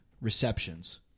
receptions